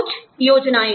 कुछ योजनाएँ